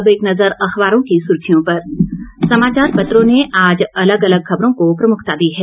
अब एक नजर अखबारों की सुर्खियों पर समाचार पत्रों ने आज अलग अलग खबरों को प्रमुखता दी है